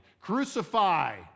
Crucify